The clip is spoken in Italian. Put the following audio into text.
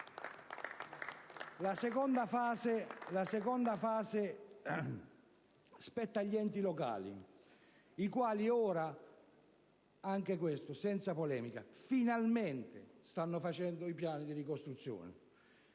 La seconda fase spetta agli enti locali, i quali - anche questo senza polemica - finalmente stanno facendo i piani di ricostruzione,